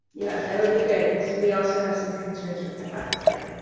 yeah that would be good because we also have some concerns with hypoxia.